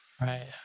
Right